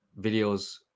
videos